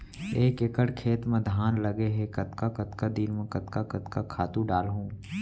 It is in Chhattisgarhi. एक एकड़ खेत म धान लगे हे कतका कतका दिन म कतका कतका खातू डालहुँ?